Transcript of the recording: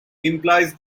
implies